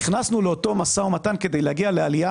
נכנסנו לאותו משא ומתן כדי להגיע לעלייה